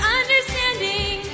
understanding